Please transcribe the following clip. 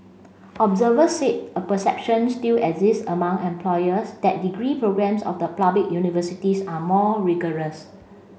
observers said a perception still exists among employers that degree programmes of the public universities are more rigorous